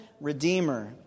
redeemer